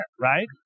Right